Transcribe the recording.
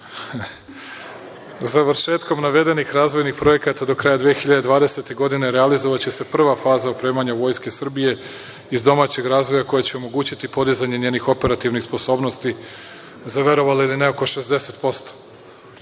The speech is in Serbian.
završetkom navedenih razvojnih projekata do kraja 2020. godine, realizovati prva faza opremanja Vojske Srbije iz domaćeg razvoja, koja će omogućiti podizanje njenih operativnih sposobnosti za, verovali ili ne, oko 60%.